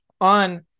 on